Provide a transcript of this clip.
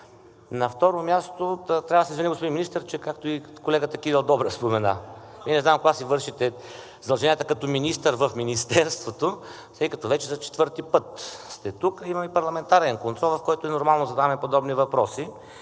На второ място, трябва да се извиня, господин Министър, както и колегата Кирил Добрев спомена, и не знам кога си вършите задълженията като министър в Министерството, тъй като вече за четвърти път сте тук. Имаме и парламентарен контрол, в който и нормално задаваме подобни въпроси.